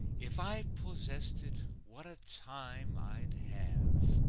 if i possessed it, what a time i'd have,